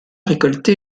récolté